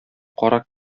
карак